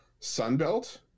sunbelt